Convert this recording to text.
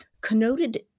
connoted